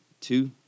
two